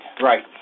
Right